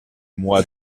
mois